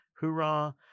hoorah